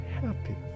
happy